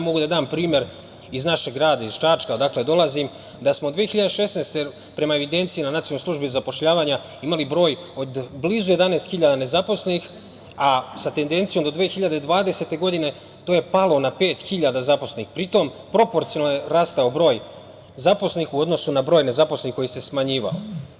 Mogu da dam primer iz našeg grada, iz Čačka odakle dolazim da smo 2016. godine, prema evidenciji naše službe za zapošljavanje imali broj od blizu 11 hiljada nezaposlenih, a sa tendencijom do 2020. godine, to je palo na pet hiljada zaposlenih, pri tom, proporcionalno je rastao broj zaposlenih u odnosu na broj nezaposlenih, koji se smenjivao.